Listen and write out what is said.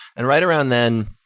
and right around then,